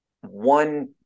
one